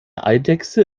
eidechse